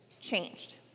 changed